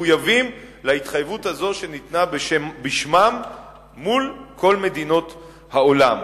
כמחויבים להתחייבות הזאת שניתנה בשמם מול כל מדינות העולם.